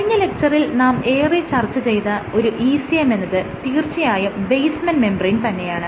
കഴിഞ്ഞ ലെക്ച്ചറിൽ നാം ഏറെ ചർച്ച ചെയ്ത ഒരു ECM എന്നത് തീർച്ചയായും ബേസ്മെൻറ് മെംബ്രേയ്ൻ തന്നെയാണ്